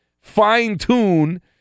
fine-tune